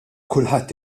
kulħadd